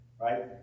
right